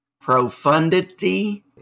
Profundity